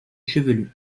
chevelu